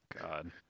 God